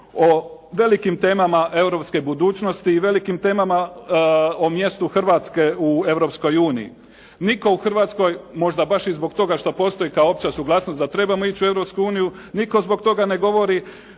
o velikim temama europske budućnosti i velikim temama o mjestu Hrvatske u Europskoj uniji. Nitko u Hrvatskoj, možda baš i zbog toga što postoji kao opća suglasnost da trebamo ići u Europsku uniju nitko zbog toga ne govori